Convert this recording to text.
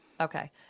Okay